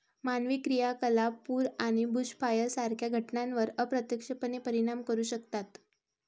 मानवी क्रियाकलाप पूर आणि बुशफायर सारख्या घटनांवर अप्रत्यक्षपणे परिणाम करू शकतात